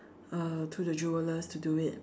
uh to the jewellers to do it